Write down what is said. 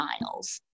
miles